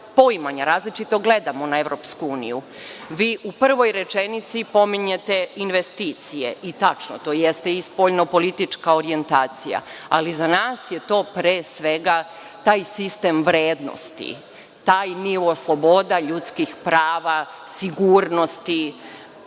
različito gledamo na EU. Vi u prvoj rečenici pominjete investicije i tačno to i jeste spoljnopolitička orijentacija, ali za nas je to, pre svega, taj sistem vrednosti, taj nivo sloboda ljudskih prava, sigurnosti